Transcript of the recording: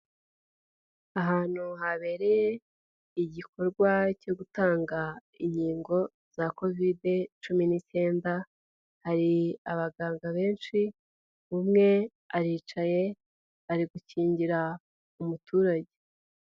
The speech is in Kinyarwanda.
Ahantu habereye igikorwa cyo gutanga inkingo za kovide cumi n'icyenda, hari abaganga benshi, umwe aricaye ari gukingira umuturage.